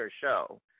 show